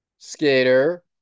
Skater